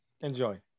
Enjoy